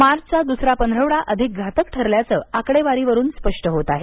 मार्चचा द्सरा पंधरवडा अधिक घातक ठरल्याचं आकडेवारीवरून स्पष्ट होत आहे